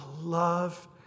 love